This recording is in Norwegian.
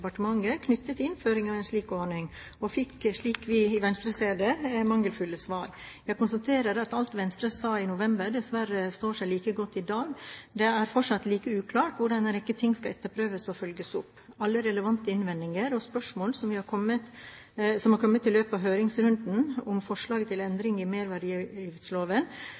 departementet knyttet til innføringen av en slik ordning og fikk, slik vi i Venstre ser det, mangelfulle svar. Jeg konstaterer at alt Venstre sa i november, dessverre står seg like godt i dag. Det er fortsatt like uklart hvordan en rekke ting skal etterprøves og følges opp. Alle relevante innvendinger og spørsmål som har kommet i løpet av høringsrunden om forslaget til endring i merverdiavgiftsloven